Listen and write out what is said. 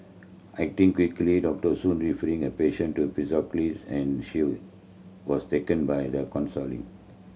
acting quickly Doctor Soon referring her patient to psychologist and she was taken by the counselling